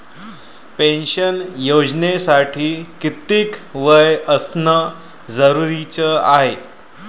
Pension योजनेसाठी कितीक वय असनं जरुरीच हाय?